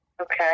Okay